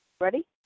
ready